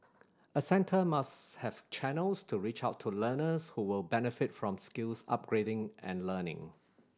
a centre must have channels to reach out to learners who will benefit from skills upgrading and learning